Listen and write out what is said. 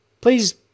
Please